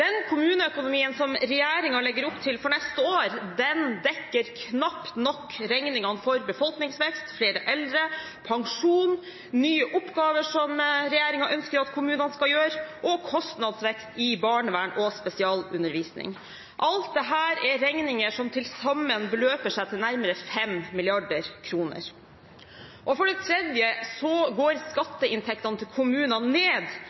kommuneøkonomien som regjeringen legger opp til for neste år, dekker knapt nok regningene for befolkningsvekst, flere eldre, pensjon, nye oppgaver som regjeringen ønsker at kommunene skal gjøre, og kostnadsvekst i barnevern og spesialundervisning. Alt dette er regninger som til sammen beløper seg til nærmere 5 mrd. kr. For det tredje går skatteinntektene til kommunene ned